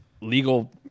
legal